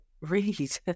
read